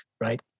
right